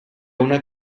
una